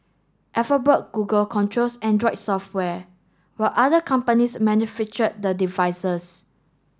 Alphabet Google controls Android software while other companies manufacture the devices